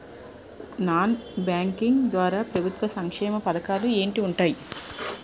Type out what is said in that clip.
Non banking ద్వారా ప్రభుత్వ సంక్షేమ పథకాలు ఏంటి ఉన్నాయి?